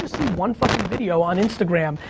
one fucking video on instagram,